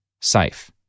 safe